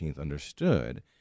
understood